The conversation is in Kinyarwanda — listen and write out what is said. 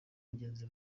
bagenzi